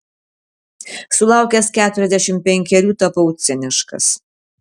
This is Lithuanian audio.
sulaukęs keturiasdešimt penkerių tapau ciniškas